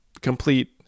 complete